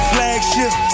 Flagship